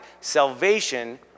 salvation